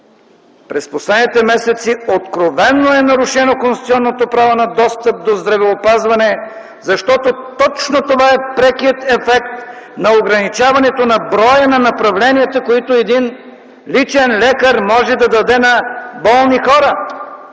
През последните месеци откровено е нарушено конституционното право на достъп до здравеопазване, защото точно това е прекият ефект на ограничаването на броя на направленията, които един личен лекар може да даде на болни хора.